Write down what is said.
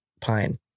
pine